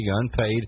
unpaid